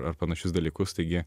ar panašius dalykus taigi